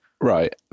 Right